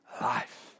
life